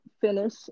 finish